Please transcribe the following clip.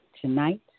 Tonight